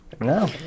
No